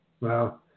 Wow